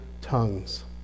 tongues